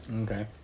Okay